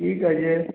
ঠিক আছে